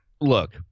look